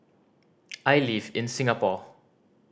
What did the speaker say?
I live in Singapore